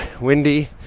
windy